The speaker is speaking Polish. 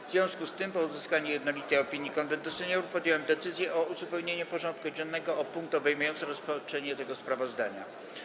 W związku z tym, po uzyskaniu jednolitej opinii Konwentu Seniorów, podjąłem decyzję o uzupełnieniu porządku dziennego o punkt obejmujący rozpatrzenie tego sprawozdania.